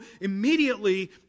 immediately